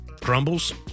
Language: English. crumbles